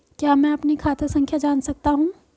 क्या मैं अपनी खाता संख्या जान सकता हूँ?